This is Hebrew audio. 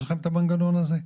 יש לכם את המנגנון הזה?